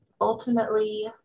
Ultimately